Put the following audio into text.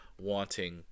wanting